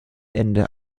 ende